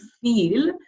feel